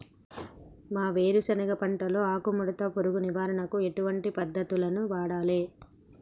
మా వేరుశెనగ పంటలో ఆకుముడత పురుగు నివారణకు ఎటువంటి పద్దతులను వాడాలే?